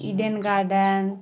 eden garden